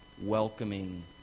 welcoming